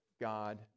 God